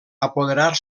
apoderar